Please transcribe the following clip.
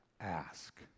ask